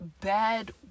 bad